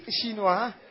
chinois